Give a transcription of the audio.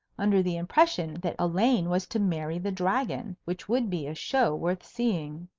under the impression that elaine was to marry the dragon, which would be a show worth seeing.